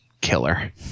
killer